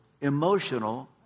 emotional